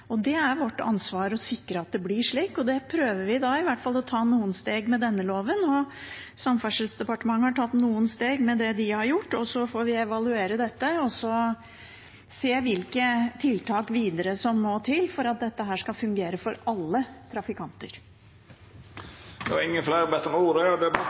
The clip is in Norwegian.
sikre at det blir slik, og vi prøver i hvert fall å ta noen steg med denne loven. Samferdselsdepartementet har tatt noen steg med det de har gjort, og så får vi evaluere det og se hvilke tiltak som må til videre for at dette skal fungere for alle trafikanter. Fleire har ikkje bedt om ordet til sak nr. 9. Etter ynske frå kommunal- og forvaltingskomiteen vil presidenten ordna debatten